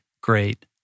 great